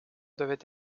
devait